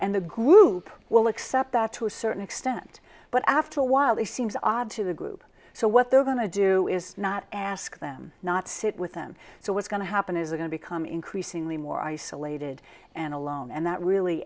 and the group will accept that to a certain extent but after a while it seems odd to the group so what they're going to do is not ask them not sit with them so what's going to happen is going to become increasingly more isolated and alone and that really